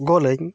goal